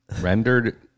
rendered